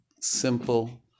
simple